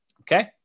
Okay